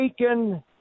taken